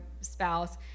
spouse